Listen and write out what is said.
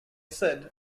said